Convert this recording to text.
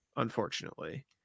Unfortunately